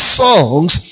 songs